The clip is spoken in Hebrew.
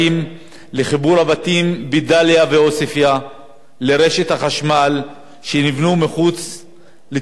חיבור לרשת החשמל של הבתים בדאליה ועוספיא שנבנו מחוץ לתוכניות המיתאר.